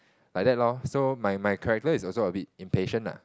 like that loh so my my character is also a bit impatient lah